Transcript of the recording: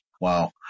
Wow